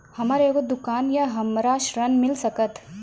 हमर एगो दुकान या हमरा ऋण मिल सकत?